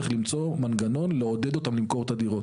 למצוא מנגנון לעודד אותם למכור את הדירות.